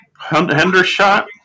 Hendershot